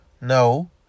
no